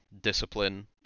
discipline